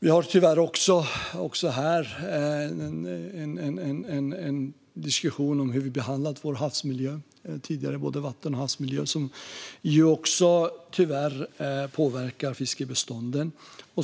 Vi har även en diskussion om hur vi tidigare har behandlat vår vatten och havsmiljö, vilket tyvärr också påverkar fiskbestånden.